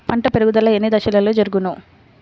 పంట పెరుగుదల ఎన్ని దశలలో జరుగును?